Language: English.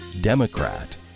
Democrat